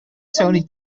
tony